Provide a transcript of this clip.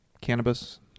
cannabis